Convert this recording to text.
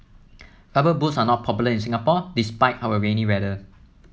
rubber boots are not popular in Singapore despite our rainy weather